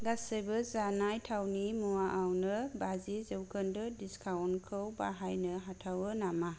गासैबो जानाय थावनि मुवायावनो बाजि जौखोन्दो डिसकाउन्टखौ बाहायनो हाथाव नामा